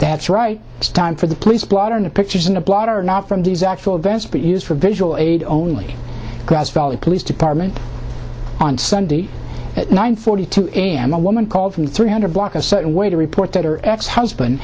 that's right time for the police blotter in the pictures in a blog are not from these actual events but used for visual aid only grass valley police department on sunday at nine forty two a m a woman called from three hundred block a certain way to report that her ex husband